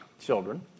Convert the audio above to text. children